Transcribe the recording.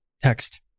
text